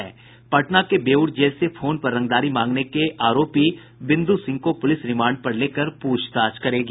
पटना के बेऊर जेल से फोन पर रंगदारी मांगने के आरोपी बिंदु सिंह को पुलिस रिमांड पर लेकर पूछताछ करेगी